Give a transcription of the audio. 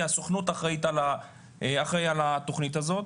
כי הסוכנות אחראית על התוכנית הזו.